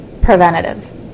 preventative